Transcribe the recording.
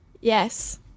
Yes